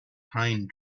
pine